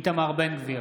איתמר בן גביר,